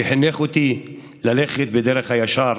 שחינך אותי ללכת בדרך הישר,